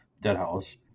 Deadhouse